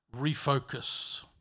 refocus